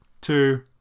two